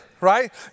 right